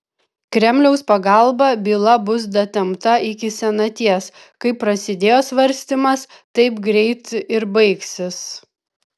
kremliaus pagalba byla bus datempta iki senaties kaip prasidėjo svarstymas taip greit ir baigsis